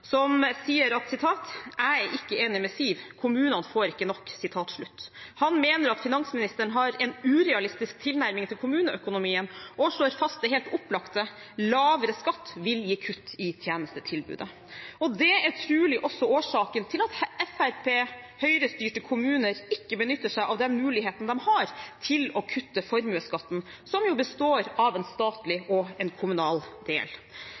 som sier: «Jeg er ikke enig med Siv. Kommunene får ikke nok.» Han mener at finansministeren har en urealistisk tilnærming til kommuneøkonomien, og slår fast det helt opplagte: Lavere skatt vil gi kutt i tjenestetilbudet. Det er trolig også årsaken til at Fremskrittsparti–Høyre-styrte kommuner ikke benytter seg av den muligheten de har til å kutte formuesskatten, som jo består av en statlig og en kommunal del.